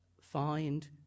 find